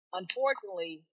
unfortunately